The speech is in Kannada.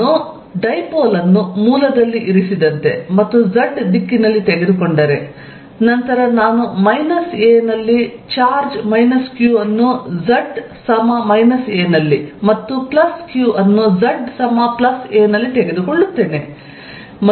ನಾನು ಡೈಪೋಲ್ ಅನ್ನು ಮೂಲದಲ್ಲಿ ಇರಿಸಿದಂತೆ ಮತ್ತು ಝಡ್ ದಿಕ್ಕಿನಲ್ಲಿ ತೆಗೆದುಕೊಂಡರೆ ನಂತರ ನಾನು a ನಲ್ಲಿ ಚಾರ್ಜ್ q ಅನ್ನು z a ನಲ್ಲಿ ಮತ್ತು q ಅನ್ನು z a ನಲ್ಲಿ ತೆಗೆದುಕೊಳ್ಳುತ್ತೇನೆ